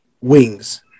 wings